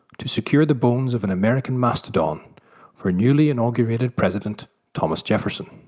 to secure the bones of an american mastodon for newly inaugurated president thomas jefferson.